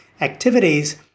activities